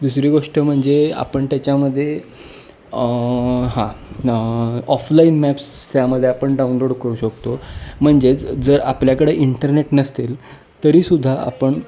दुसरी गोष्ट म्हणजे आपण त्याच्यामध्ये हां ऑफलाईन मॅप्स त्यामध्ये आपण डाउनलोड करू शकतो म्हणजेच जर आपल्याकडे इंटरनेट नसतील तरीसुद्धा आपण